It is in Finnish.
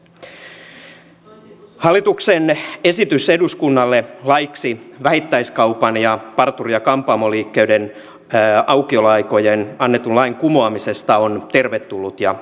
hallituksen esitys eduskunnalle laiksi vähittäiskaupan ja parturi ja kampaamoliikkeiden aukioloajoista annetun lain kumoamisesta on tervetullut ja odotettu